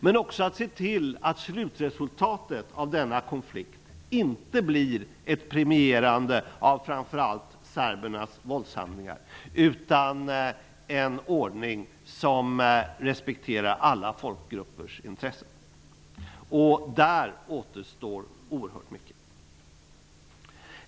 Men vi måste även se till att slutresultatet av denna konflikt inte blir ett premierande av framför allt serbernas våldshandlingar utan en ordning som respekterar alla folkgruppers intressen. Där återstår oerhört mycket.